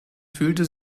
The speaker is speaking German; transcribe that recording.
fühlte